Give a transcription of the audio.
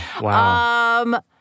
Wow